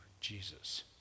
Jesus